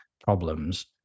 problems